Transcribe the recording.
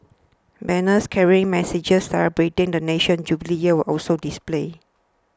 banners carrying messages celebrating the nation's jubilee year were also displayed